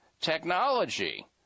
technology